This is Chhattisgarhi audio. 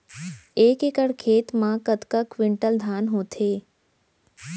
एक एकड़ खेत मा कतका क्विंटल धान होथे?